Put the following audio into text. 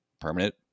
permanent